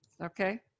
Okay